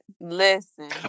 Listen